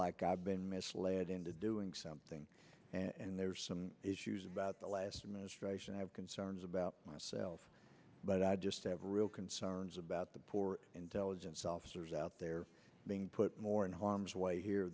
like i've been misled into doing something and there's some issues about the last administration i have concerns about myself but i just have real concerns about the poor intelligence officers out there being put more in harm's way here